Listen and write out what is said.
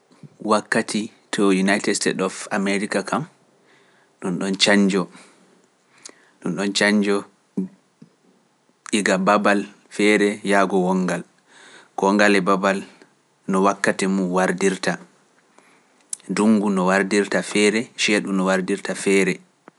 Wakkati to United States of America kam ɗum ɗon canjo ɗum ɗon canjo ɗi ga babal feere yaago wongal ko ngal e babal no wakkati mum wardirta, ndungu no wardirta feere, ceeɗu no wardirta feere.